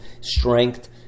strength